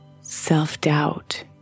self-doubt